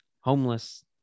homeless